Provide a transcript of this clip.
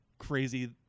crazy